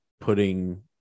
putting